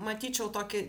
matyčiau tokį